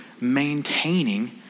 maintaining